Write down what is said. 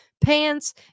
pants